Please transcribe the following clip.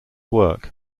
work